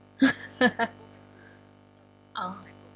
oh